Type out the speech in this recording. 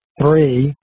Three